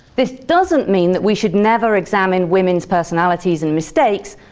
this doesn't mean that we should never examine women's personalities and mistakes,